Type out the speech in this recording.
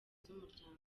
z’umuryango